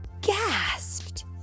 gasped